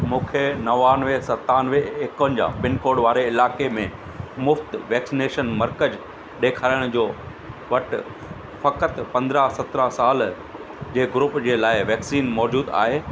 मूंखे नवानवे सतानवे एकवंजाह पिनकोड वारे इलाइक़े में मुफ़्ति वैक्सनेशन मर्कज़ु ॾेखारियो जिनि वटि फ़क़ति पंदरहां सतरहां साल जे ग्रुप जे लाइ वैक्सीन मौजूदु आहे